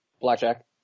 Blackjack